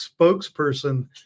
spokesperson